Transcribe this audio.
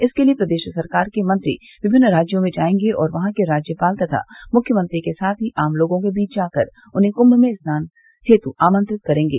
इसके लिये प्रदेश सरकार के मंत्री विभिन्न राज्यों में जायेंगे और वहां के राज्यपाल तथा मुख्यमंत्री के साथ ही आम लोगों के बीच जाकर उन्हें कुंभ में स्नान हेतु आमंत्रित करेंगे